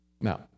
Now